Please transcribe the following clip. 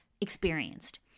experienced